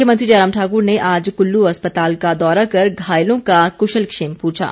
मुख्यमंत्री जयराम ठाकुर ने आज कुल्लू अस्पताल का दौरा कर घायलों का कुशलक्षेम पूछा